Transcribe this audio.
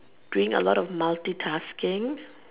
doing a lot of multi tasking